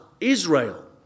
Israel